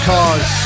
Cause